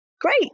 great